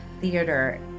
Theater